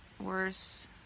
worse